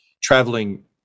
traveling